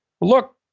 look